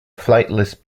flightless